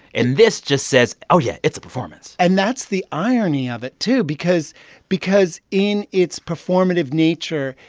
and this just says, oh, yeah, it's a performance and that's the irony of it, too, because because in its performative nature,